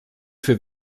für